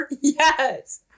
Yes